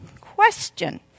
Question